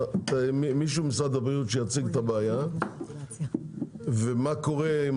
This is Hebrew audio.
שמישהו ממשרד הבריאות יציג את הבעיה ומה קורה עם